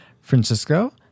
Francisco